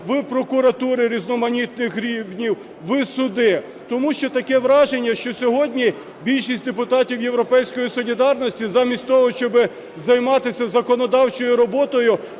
в прокуратури різноманітних рівнів, в суди. Тому що таке враження, що сьогодні більшість депутатів "Європейської солідарності", замість того щоби займатися законодавчою роботою,